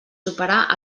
superar